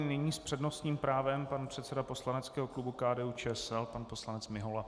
Nyní s přednostním právem pan předseda poslaneckého klubu KDUČSL, pan poslanec Mihola.